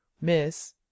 miss